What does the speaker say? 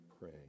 pray